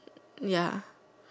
ya